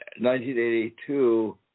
1982